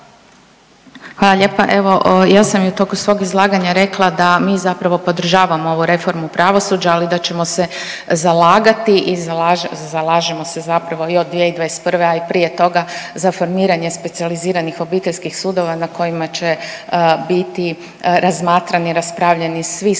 Hvala lijepa. Evo ja sam i u toku svog izlaganja rekla da mi zapravo podržavamo ovu reformu pravosuđa, ali da ćemo se zalagati i zalažemo se zapravo i od 2021., a i prije toga za formiranje specijaliziranih obiteljskih sudova na kojima će biti razmatrani, raspravljani svi slučajevi